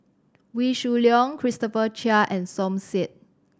Wee Shoo Leong Christopher Chia and Som Said